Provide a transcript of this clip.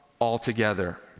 altogether